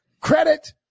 credit